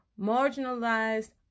marginalized